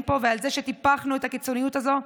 פה ועל זה שטיפחנו את הקיצוניות הזאת.